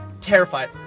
terrified